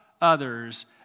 others